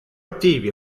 attivi